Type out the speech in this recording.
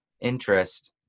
interest